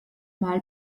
mal